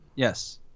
Yes